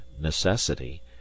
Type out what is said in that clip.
necessity